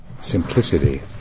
simplicity